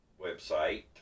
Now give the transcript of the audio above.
website